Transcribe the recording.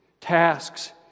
tasks